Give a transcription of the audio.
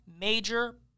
major